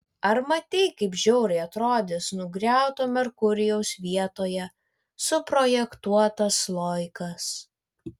ar matei kaip žiauriai atrodys nugriauto merkurijaus vietoje suprojektuotas sloikas